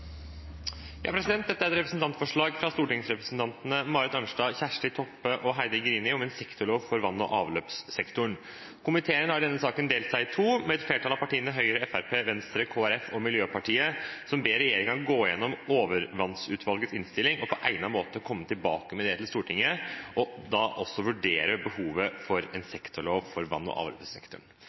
Komiteen har i denne saken delt seg i to, der et flertall, bestående av partiene Høyre, Fremskrittspartiet, Venstre, Kristelig Folkeparti og Miljøpartiet De Grønne, ber regjeringen gå gjennom overvannsutvalgets innstilling og på egnet måte komme tilbake med det til Stortinget, og da også vurdere behovet for en sektorlov for vann- og